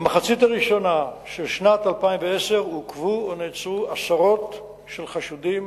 במחצית הראשונה של שנת 2010 עוכבו או נעצרו עשרות חשודים,